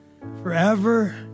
forever